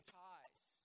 ties